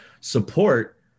support